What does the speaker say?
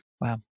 Wow